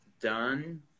done